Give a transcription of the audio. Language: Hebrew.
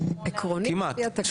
כמעט.